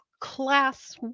class